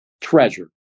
treasure